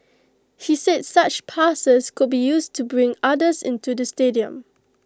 he said such passes could be used to bring others into the stadium